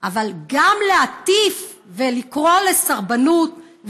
אבל גם להטיף ולקרוא לסרבנות,